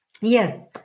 yes